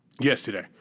yesterday